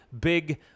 big